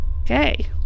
Okay